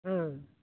ஆ